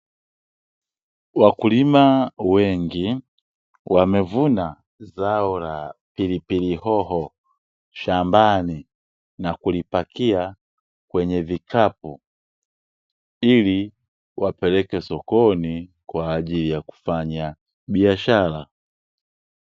Wakulima wengi wamevuna zao la pilipili hoho shambani na kulipakia kwenye vikapu ili wapeleke sokoni kwaajili ya kufanya biashara.